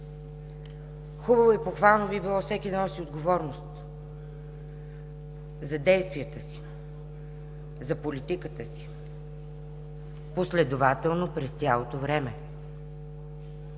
хубаво и похвално би било всеки да носи отговорност за действията си, за политиката си последователно през цялото време,